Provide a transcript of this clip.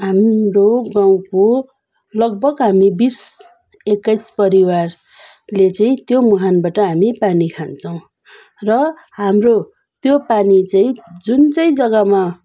हाम्रो गाउँको लगभग हामी बिस एक्काइस परिवारले चाहिँ त्यो मुहानबाट हामी पानी खान्छौँ र हाम्रो त्यो पानी चाहिँ जुन चाहिँ जग्गामा